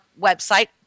website